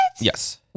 Yes